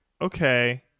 okay